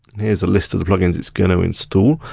here's a list of the plugins it's gonna instal.